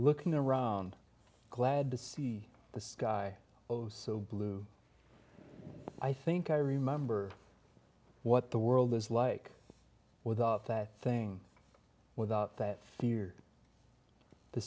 looking around glad to see the sky oh so blue i think i remember what the world is like without that thing without that fear